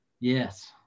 Yes